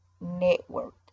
Network